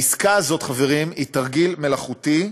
חברים, העסקה הזאת היא תרגיל מלאכותי,